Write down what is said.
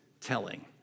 telling